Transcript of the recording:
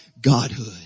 godhood